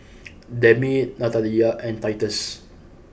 Demi Natalya and Titus